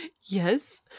Yes